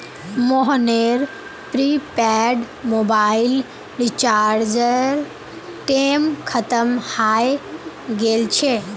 मोहनेर prepaid mobile रीचार्जेर time खत्म हय गेल छे